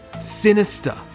Sinister